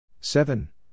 seven